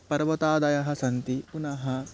पर्वतादयः सन्ति पुनः